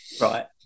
right